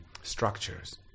structures